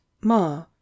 ma